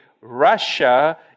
Russia